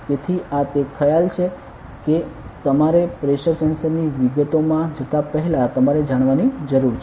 તેથી આ તે ખ્યાલ છે કે તમારે પ્રેશર સેન્સર ની વિગતોમાં જતા પહેલાં તમારે જાણવાની જરૂર છે